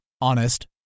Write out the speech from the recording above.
honest